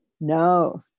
no